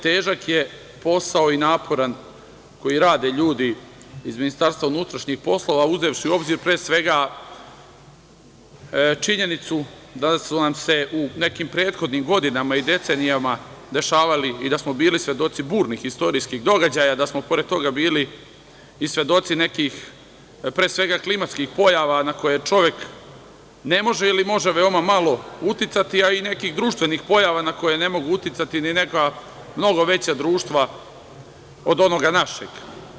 Težak je posao i naporan koji rade ljudi iz Ministarstva unutrašnjih poslova, uzevši u obzir, pre svega, činjenicu da su nam se u nekim prethodnim godinama, i decenijama dešavalo i da smo bili svedoci burnih istorijskih događaja, da smo, pored toga, bili i svedoci nekih, pre svega, klimatskih pojava na koje čovek ne može ili može veoma malo uticati, a i nekih društvenih pojava na koje ne mogu uticati ni neka mnogo veća društva od ovog našeg.